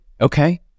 Okay